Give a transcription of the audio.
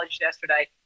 yesterday